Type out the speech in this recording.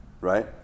Right